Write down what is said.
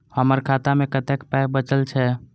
हमर खाता मे कतैक पाय बचल छै